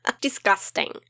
Disgusting